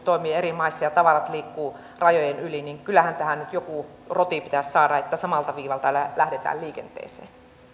toimivat eri maissa ja tavarat liikkuvat rajojen yli niin kyllähän tähän nyt joku roti pitäisi saada että samalta viivalta lähdetään liikenteeseen